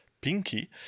pinky